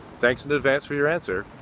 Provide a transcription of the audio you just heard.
thanks in advance for your answer.